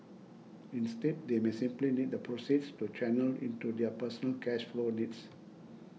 instead they may simply need the proceeds to channel into their personal cash flow needs